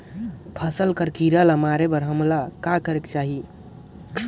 फसल कर कीरा ला मारे बर हमन ला कौन करेके चाही?